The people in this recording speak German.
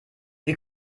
wie